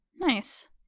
Nice